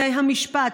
בתי המשפט,